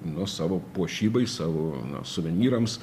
na savo puošybai savo suvenyrams